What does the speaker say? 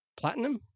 platinum